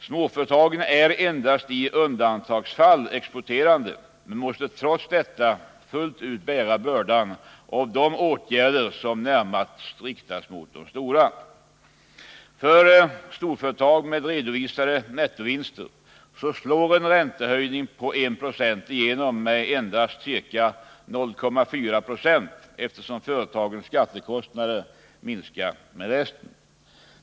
Småföretagen är endast i undantagsfall exporterande men måste trots detta fullt ut bära bördan av de åtgärder som närmast har riktat sig mot de stora. För storföretag med redovisade nettovinster slår en räntehöjning på 1 96 igenom med endast 0,4 26, eftersom företagens skattekostnader minskar med resten.